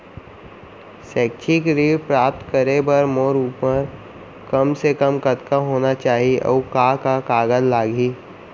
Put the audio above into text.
शैक्षिक ऋण प्राप्त करे बर मोर उमर कम से कम कतका होना चाहि, अऊ का का कागज लागही?